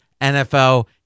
NFL